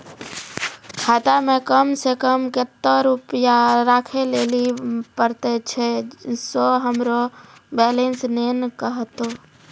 खाता मे कम सें कम कत्ते रुपैया राखै लेली परतै, छै सें हमरो बैलेंस नैन कतो?